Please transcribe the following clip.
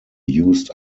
used